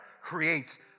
creates